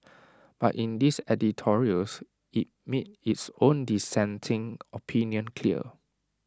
but in its editorials IT made its own dissenting opinion clear